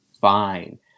Fine